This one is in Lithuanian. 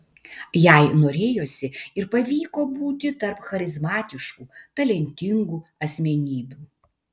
jai norėjosi ir pavyko būti tarp charizmatiškų talentingų asmenybių